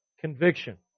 Conviction